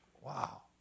Wow